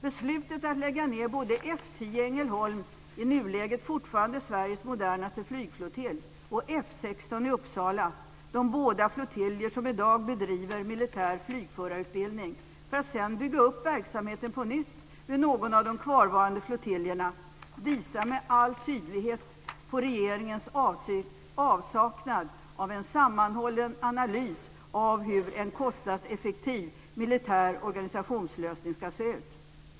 Beslutet att lägga ned både F 10 i Ängelholm, i nuläget fortfarande Sveriges modernaste flygflottilj, och F 16 i Uppsala - de båda flottiljer som i dag bedriver militär flygförarutbildning - för att sedan bygga upp verksamheten på nytt vid någon av de kvarvarande flottiljerna visar med all tydlighet på regeringens avsaknad av en sammanhållen analys av hur en kostnadseffektiv militär organisationslösning ska se ut.